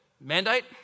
mandate